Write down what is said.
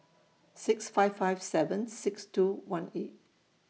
six five five seven six two one eight